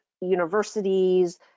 universities